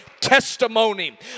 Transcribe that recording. testimony